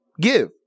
give